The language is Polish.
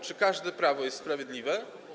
Czy każde prawo jest sprawiedliwe?